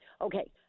Okay